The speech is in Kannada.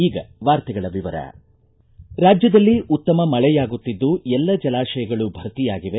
ಈಗ ವಾರ್ತೆಗಳ ವಿವರ ರಾಜ್ಯದಲ್ಲಿ ಉತ್ತಮ ಮಳೆಯಾಗುತ್ತಿದ್ದು ಎಲ್ಲ ಜಲಾಶಯಗಳು ಭರ್ತಿಯಾಗಿವೆ